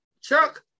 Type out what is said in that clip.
Chuck